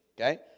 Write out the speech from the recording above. okay